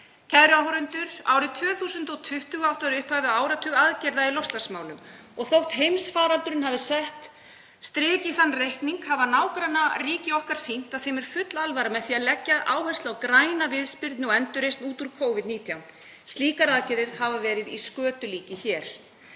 Kæru áheyrendur. Árið 2020 átti að vera upphafið á áratug aðgerða í loftslagsmálum. Og þótt heimsfaraldurinn hafi sett strik í þann reikning hafa nágrannaríki okkar sýnt að þeim er full alvara með því að leggja áherslu á græna viðspyrnu og græna endurreisn út úr Covid-19. Slíkar aðgerðir hafa verið í skötulíki hér.